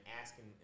asking